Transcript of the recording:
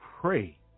pray